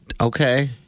Okay